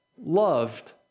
Loved